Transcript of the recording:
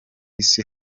isi